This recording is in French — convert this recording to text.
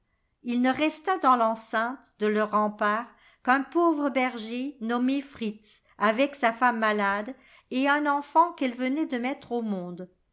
il ne resta dans l'enceinte de leurs remparts qu'un pauvre berger nommé fritz avec sa femme malade et un enfant qu'elle venait de mettre au monde